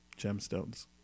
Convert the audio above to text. Gemstones